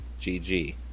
GG